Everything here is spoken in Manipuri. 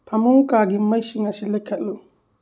ꯐꯃꯨꯡ ꯀꯥꯒꯤ ꯃꯩꯁꯤꯡ ꯑꯁꯤ ꯂꯩꯈꯠꯂꯨ